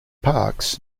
parks